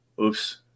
Oops